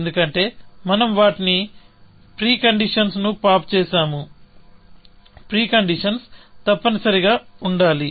ఎందుకంటే మనం వాటి ప్రీకండీషన్స్ ను పాప్ చేసాము ప్రీకండీషన్స్ తప్పనిసరిగా ఉండాలి